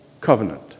covenant